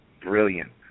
brilliant